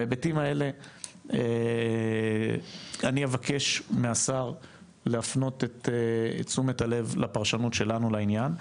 בהיבטים האלה אני אבקש מהשר להפנות את תשומת הלב לפרשנות שלנו לעניין.